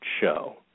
show